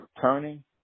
turning